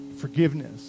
Forgiveness